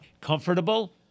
Comfortable